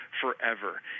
forever